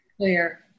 clear